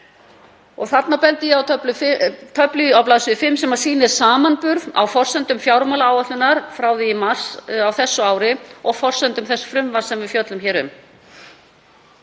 Þarna bendi ég á töflu á bls. 5 sem sýnir samanburð á forsendum fjármálaáætlunar frá því í mars á þessu ári og forsendum þess frumvarps sem við fjöllum hér um.